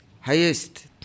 highest